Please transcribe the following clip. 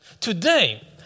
Today